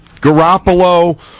Garoppolo